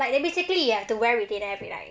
but basically you have to wear retainer every night